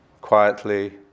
quietly